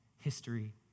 history